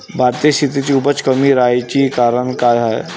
भारतीय शेतीची उपज कमी राहाची कारन का हाय?